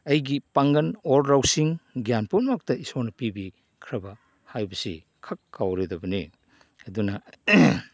ꯑꯩꯒꯤ ꯄꯥꯡꯒꯜ ꯑꯣꯔ ꯂꯧꯁꯤꯡ ꯒ꯭ꯌꯥꯟ ꯄꯨꯝꯅꯃꯛꯇ ꯏꯁꯣꯔꯅ ꯄꯤꯕꯤꯈ꯭ꯔꯕ ꯍꯥꯏꯕꯁꯦ ꯈꯛ ꯀꯥꯎꯔꯣꯏꯗꯕꯅꯤ ꯑꯗꯨꯅ